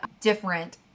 different